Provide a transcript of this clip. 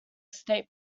state